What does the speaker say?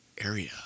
area